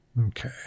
Okay